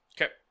Okay